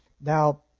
Now